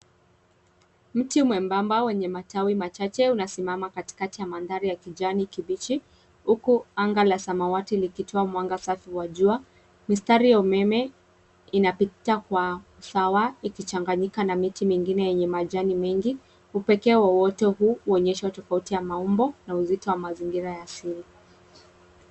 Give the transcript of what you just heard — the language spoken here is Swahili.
Mti mwembamba mwenye matawi machache unasimama katika mandari ya ya kijani kibichi huku anga la samawati likitoa mwangazi wa jua .Mistari ya umeme unapita kwa usawa ikichanganyika na miti mengine yenye majani mengi. Upekee wowote huu huonyesha tofauti ya maumbo hii na uzito wa mazingira ya asili.